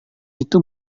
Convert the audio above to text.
itu